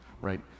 right